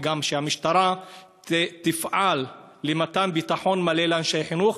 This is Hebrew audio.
גם שהמשטרה תפעל למתן ביטחון מלא לאנשי חינוך,